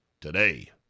today